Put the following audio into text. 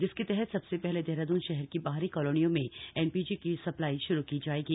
जिसके तहत सबसे पहले देहरादून शहर की बाहरी कालोनियों में एनपीजी की सप्लाई शुरू की जाएगी